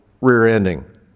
rear-ending